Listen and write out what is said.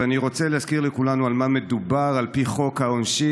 ואני רוצה להזכיר לכולנו על מה מדובר על פי חוק העונשין,